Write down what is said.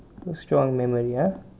strong memory ah